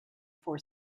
for